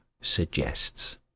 suggests